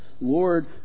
Lord